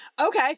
Okay